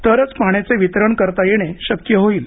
तरच पाण्याचे वितरण करता येणे शक्य होईल